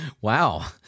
Wow